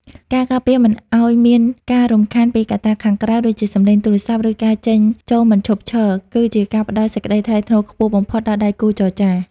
ការការពារមិនឱ្យមានការរំខានពីកត្តាខាងក្រៅ ដូចជាសម្លេងទូរស័ព្ទ ឬការចេញចូលមិនឈប់ឈរ គឺជាការផ្តល់សេចក្ដីថ្លៃថ្នូរខ្ពស់បំផុតដល់ដៃគូចរចា។